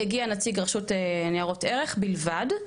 הגיע נציג רשות ניירות ערך בלבד,